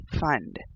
fund